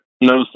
no